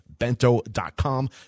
Bento.com